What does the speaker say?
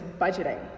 budgeting